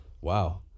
Wow